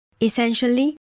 Essentially